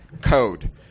Code